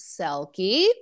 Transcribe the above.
Selkie